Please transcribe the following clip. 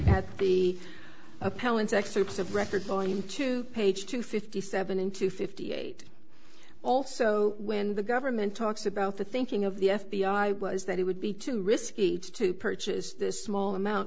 so the appellant's excerpts of record volume two page two fifty seven in two fifty eight also when the government talks about the thinking of the f b i was that it would be too risky to purchase this small amount